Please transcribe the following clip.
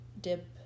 Dip